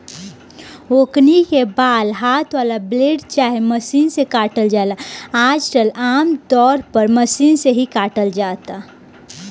ओकनी के बाल हाथ वाला ब्लेड चाहे मशीन से काटल जाला आजकल आमतौर पर मशीन से ही काटल जाता